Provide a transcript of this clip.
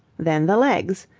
then the legs.